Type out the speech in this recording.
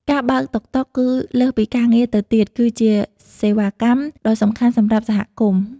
ការបើកបរតុកតុកគឺលើសពីការងារទៅទៀត វាគឺជាសេវាកម្មដ៏សំខាន់សម្រាប់សហគមន៍។